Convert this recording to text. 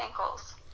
ankles